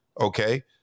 okay